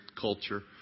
culture